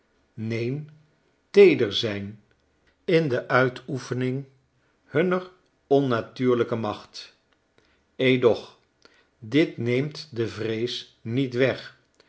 neen teeder zyn in de uitoefening hunner onnatuurlijke macht edoch dit neemt de vrees niet weg